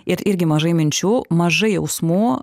ir irgi mažai minčių mažai jausmų